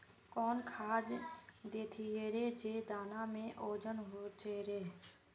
कौन खाद देथियेरे जे दाना में ओजन होते रेह?